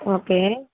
okay